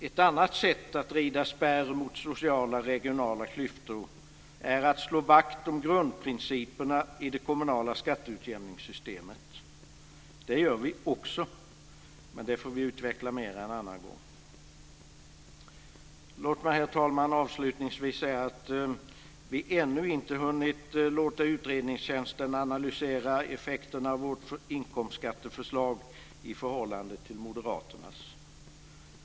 Ett annat sätt att rida spärr mot sociala och regionala klyftor är att slå vakt om grundprinciperna i det kommunala skatteutjämningssystemet. Det gör vi också, men det får vi utveckla mer en annan gång. Herr talman! Låt mig avslutningsvis säga att vi ännu inte hunnit låta utredningstjänsten analysera effekten av vårt inkomstskatteförslag i förhållande till Moderaternas.